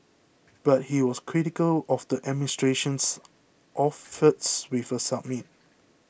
but he was critical of the administration's efforts with a summit